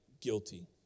Guilty